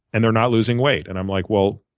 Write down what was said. and they're not losing weight. and i'm like, well,